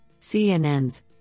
CNNs